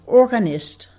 organist